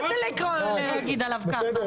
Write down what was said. מה זה להגיד עליו ככה?